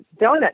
donut